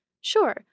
Sure